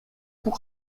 pour